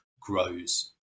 grows